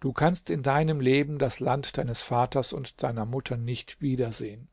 du kannst in deinem leben das land deines vaters und deiner mutter nicht wiedersehen